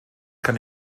kann